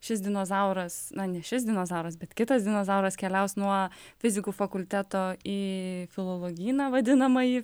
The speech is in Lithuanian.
šis dinozauras na ne šis dinozauras bet kitas dinozauras keliaus nuo fizikų fakulteto į filologyną vadinamąjį